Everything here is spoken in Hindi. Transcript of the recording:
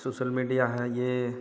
सोसल मीडिया है यह